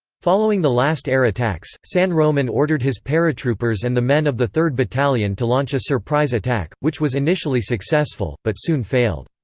following the last air attacks, san roman ordered his paratroopers and the men of the third battalion to launch a surprise attack, which was initially successful, but soon failed.